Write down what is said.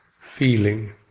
feeling